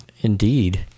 Indeed